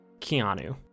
Keanu